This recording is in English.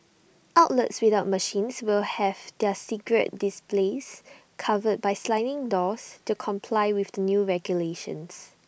outlets without machines will have their cigarette displays covered by sliding doors to comply with the new regulations